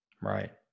Right